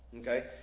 Okay